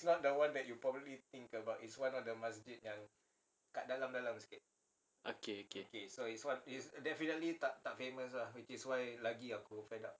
okay okay